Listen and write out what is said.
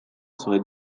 serait